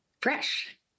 Fresh